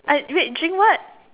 I wait drink what